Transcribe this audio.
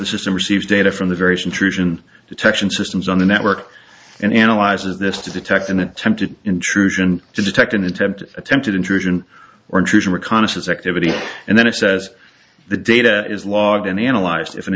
the system receives data from the various intrusion detection systems on the network and analyzes this to detect an attempted intrusion to detect an attempt attempted intrusion or intrusion reconnaissance activity and then it says the data is logged and analyzed if an